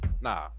nah